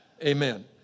Amen